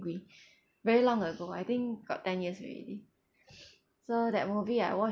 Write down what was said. very long ago I think got ten years already so that movie I watch